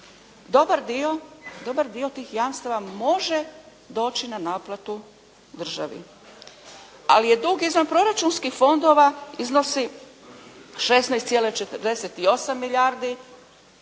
dobar dio tih jamstava može doći na naplatu državi. Ali je dug izvanproračunskih fondova iznosi 16,48 milijardi.